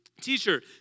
teacher